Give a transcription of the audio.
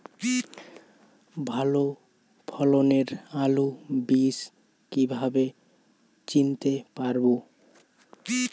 ভালো ফলনের আলু বীজ কীভাবে চিনতে পারবো?